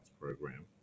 Program